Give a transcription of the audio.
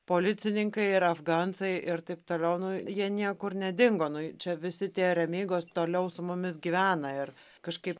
policininkai ir afgansai ir taip toliau nu jie niekur nedingo nu čia visi tie remygos toliau su mumis gyvena ir kažkaip